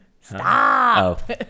Stop